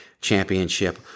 Championship